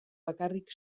bakarrik